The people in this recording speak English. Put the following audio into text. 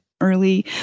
early